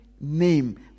name